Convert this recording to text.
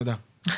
תודה.